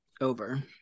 over